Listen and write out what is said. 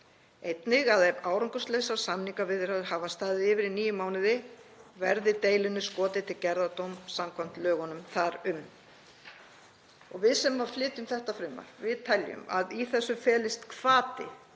Einnig að ef árangurslausar samningaviðræður hafa staðið yfir í níu mánuði verði deilunni skotið til gerðardóms samkvæmt lögum þar um. Við sem flytjum þetta frumvarp teljum að í þessu felist hvati